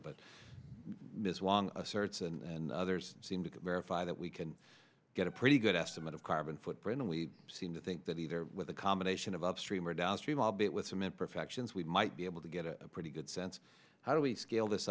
it but this one asserts and others seem to verify that we can get a pretty good estimate of carbon footprint and we seem to think that either with a combination of upstream or downstream albeit with some imperfections we might be able to get a pretty good sense of how do we scale